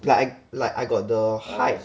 like I like I got the height